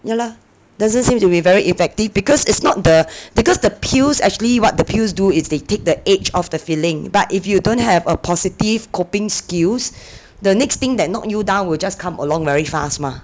ya lah doesn't seem to be very effective because it's not the because the pills actually what the pills do is they take the edge off the feeling but if you don't have a positive coping skills the next thing that knock you down will just come along very fast mah